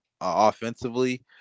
offensively